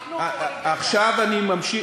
אנחנו או "לווייתן"?